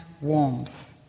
warmth